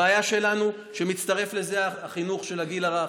הבעיה שלנו היא שמצטרף לזה החינוך בגיל הרך,